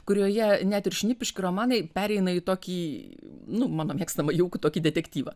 kurioje net ir šnipiškių romanai pereina į tokį nu mano mėgstamą jaukų tokį detektyvą